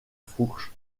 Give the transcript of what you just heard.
fourche